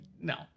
no